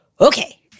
okay